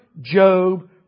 Job